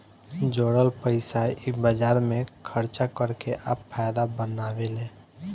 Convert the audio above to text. जोरल पइसा इ बाजार मे खर्चा कर के आ फायदा बनावेले